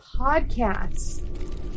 podcasts